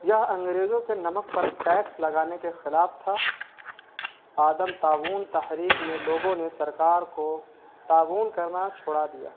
یہ انگریزوں کے نمک پر ٹیکس لگانے کے خلاف تھا عدم تعاون تحریک میں لوگوں نے سرکار کو تعاون کرنا چھوڑا دیا